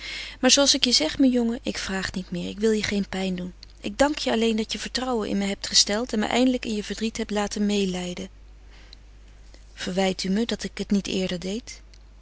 maar zooals ik je zeg mijn jongen ik vraag niet meer ik wil je geen pijn doen ik dank je alleen dat je vertrouwen in me hebt gesteld en me eindelijk je verdriet hebt laten meêlijden verwijt u me dat ik het niet eerder deed